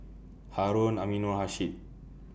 Harun Aminurrashid